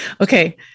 Okay